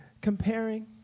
comparing